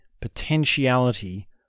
potentiality